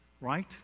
right